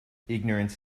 ignorance